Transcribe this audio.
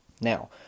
Now